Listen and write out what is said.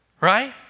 Right